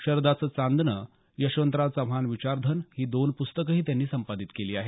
शरदाचे चांदने यशवंतराव चव्हाण विचारधन ही दोन प्स्तकंही त्यांनी संपादित केली आहेत